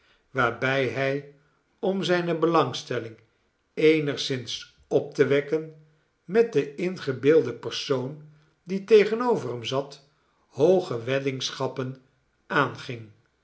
waarbij hij om zijne belangstelling eenigszins op te wekken met den ingebeelden persoon die tegenover hem zat hooge weddingschappen aanging